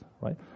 right